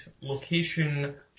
location